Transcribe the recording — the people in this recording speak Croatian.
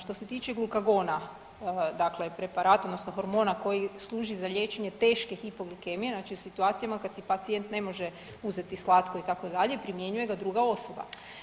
Što se tiče glukagona, dakle preparata odnosno hormona koji služi za liječenje teške hipoglikemije znači u situacijama kad si pacijent ne može uzeti slatko itd. primjenjuje ga druga osoba.